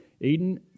Eden